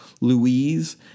Louise